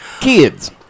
kids